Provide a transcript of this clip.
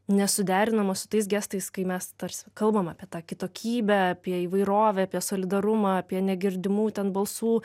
nesuderinama su tais gestais kai mes tarsi kalbam apie tą kitokybę apie įvairovę apie solidarumą apie negirdimų ten balsų